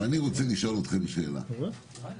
אבל אני רוצה לשאול אתכם שאלה: אתם